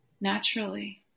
Naturally